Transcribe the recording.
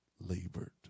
labored